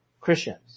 Christians